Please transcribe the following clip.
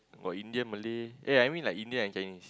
got Indian Malay eh I mean like Indian and Chinese